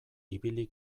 ibili